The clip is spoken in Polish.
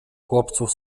chłopców